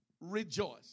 rejoice